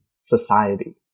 society